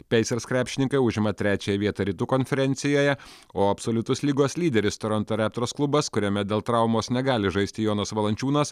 peisers krepšininkai užima trečiąją vietą rytų konferencijoje o absoliutus lygos lyderis toronto reptors klubas kuriame dėl traumos negali žaisti jonas valančiūnas